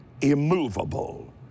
immovable